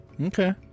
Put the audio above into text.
Okay